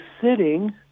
sitting